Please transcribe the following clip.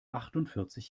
achtundvierzig